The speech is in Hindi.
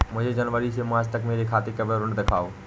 मुझे जनवरी से मार्च तक मेरे खाते का विवरण दिखाओ?